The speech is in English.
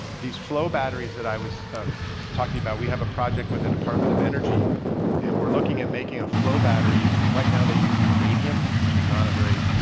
these flow batteries that i was talking about, we have a project with the department of energy and we're looking at making a flow battery right now. they use vanadium, which is not a very